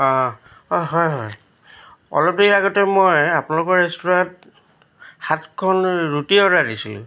অঁ হয় হয় অলপ দেৰি আগতে মই আপোনালোকৰ ৰেষ্টুৰেন্টত সাতখন ৰুটি অৰ্ডাৰ দিছিলোঁ